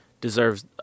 deserves